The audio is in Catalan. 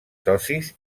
socis